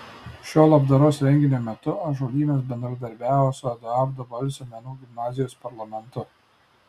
šio labdaros renginio metu ąžuolynas bendradarbiavo su eduardo balsio menų gimnazijos parlamentu